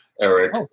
eric